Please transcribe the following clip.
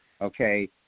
okay